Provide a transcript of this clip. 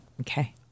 Okay